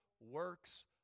works